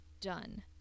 done